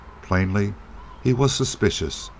plainly he was suspicious.